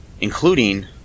including